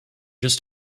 just